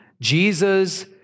Jesus